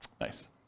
Nice